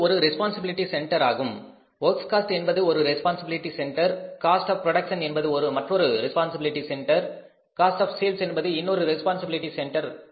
இது ஒரு responsibility centre ஆகும் வொர்க்ஸ் காஸ்ட் என்பது ஒரு responsibility centre cost of production என்பது மற்றொரு responsibility centre cost of sales என்பது இன்னொரு ரெஸ்பான்சிபிலிட்டி சென்டர்